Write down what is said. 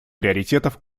приоритетов